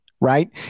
right